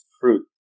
fruit